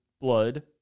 blood